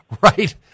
right